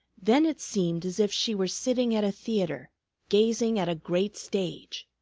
then it seemed as if she were sitting at a theatre gazing at a great stage.